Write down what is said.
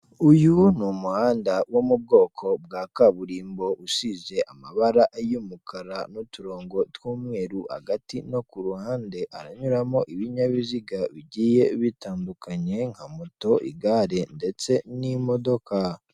Uyu ni umuhanda wo mu bwoko bwa kaburimbo usize amabara y'umukara n'uturongo tw'umweru hagati no ku ruhande haranyuramo ibinyabiziga bigiye bitandukanye nka moto, igare ndetse n'imodoka.